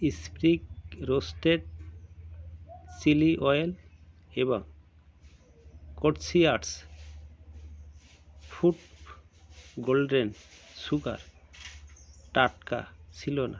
sprig roasted chilli oil এবং কডশিয়ারটস food golden sugar টাটকা ছিলো না